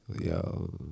Yo